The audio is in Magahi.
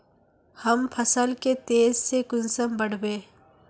हम फसल के तेज से कुंसम बढ़बे?